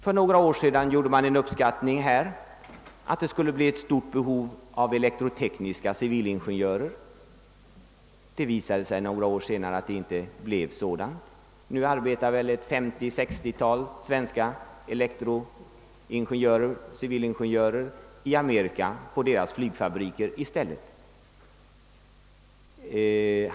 För några år sedan beräknades att det skulle bli ett stort behov av elektrotekniska civilingenjörer, men några år senare visade det sig att det inte blev så. Nu arbetar väl 50—69 svenska elektrotekniska civilingenjörer i stället i Amerika, i dess flygfabriker.